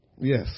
Yes